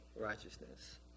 righteousness